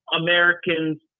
Americans